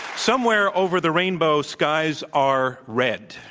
somewhere over the rainbow skies are red,